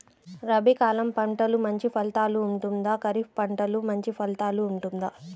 రబీ కాలం పంటలు మంచి ఫలితాలు ఉంటుందా? ఖరీఫ్ పంటలు మంచి ఫలితాలు ఉంటుందా?